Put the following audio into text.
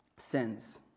sins